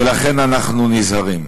ולכן אנחנו נזהרים.